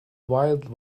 wild